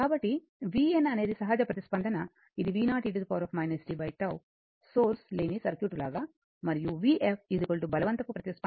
కాబట్టి vn అనేది సహజ ప్రతిస్పందన ఇది v0 e tτ సోర్స్ లేని సర్క్యూట్ లాగా మరియు vf బలవంతపు ప్రతిస్పందన IR 1 e tτ